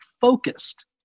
focused